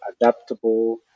adaptable